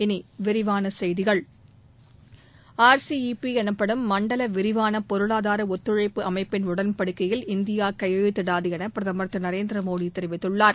இனி விரிவான செய்திகள் ஆர் சி யி பி எனப்படும் மண்டல விரிவான பொருளாதார ஒத்துழைப்பு அமைப்பின் உடன்படிக்கையில் இந்தியா கையெழுத்திடாது என பிரதமர் திரு நரேந்திர மோடி தெரிவித்துள்ளார்